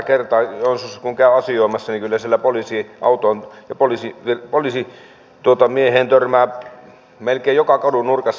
joensuussa kun käy asioimassa niin kyllä siellä poliisiautoon ja poliisimieheen törmää melkein joka kadunnurkassa